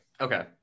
okay